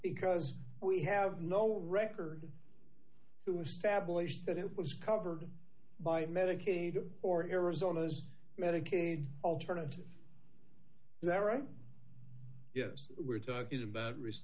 because we have no record to establish that it was covered by medicaid or arizona's medicaid alternative that yes we're talking about